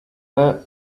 her